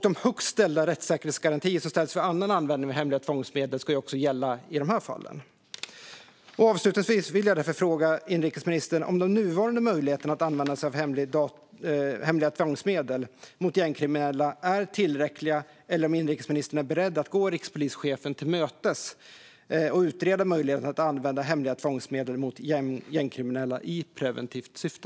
De högt ställda rättssäkerhetsgarantier som ställs vid annan användning av hemliga tvångsmedel ska också gälla i de här fallen. Jag vill därför till sist fråga inrikesministern om de nuvarande möjligheterna att använda sig av hemliga tvångsmedel mot gängkriminella är tillräckliga eller om inrikesministern är beredd att gå rikspolischefen till mötes och utreda möjligheten att använda hemliga tvångsmedel mot gängkriminella i preventivt syfte.